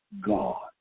God